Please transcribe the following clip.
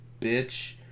bitch